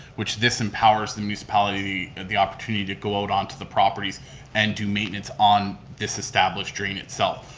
which this empowers the municipality and the opportunity to go out on to the properties and do maintenance on this established drain itself.